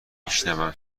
میشونم